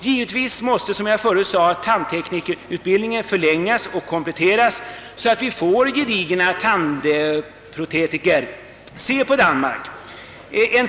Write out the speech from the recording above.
Givetvis måste, som jag förut sade, tandteknikerutbildningen förlängas och kompletteras så, att vi får gedigna tandprotetiker. Se på Danmark!